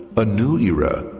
a new era,